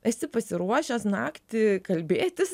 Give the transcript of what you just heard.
esi pasiruošęs naktį kalbėtis